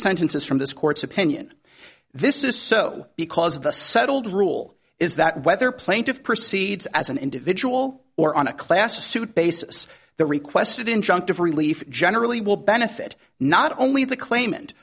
sentences from this court's opinion this is so because of the settled rule is that whether plaintiffs proceeds as an individual or on a class a suit basis the requested injunctive relief generally will benefit not only the claimant